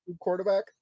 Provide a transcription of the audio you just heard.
quarterback